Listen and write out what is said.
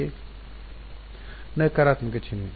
ವಿದ್ಯಾರ್ಥಿ ನಕಾರಾತ್ಮಕ ಚಿಹ್ನೆ